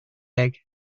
egg